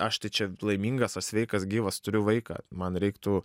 aš tai čia laimingas aš sveikas gyvas turiu vaiką man reiktų